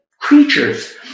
creatures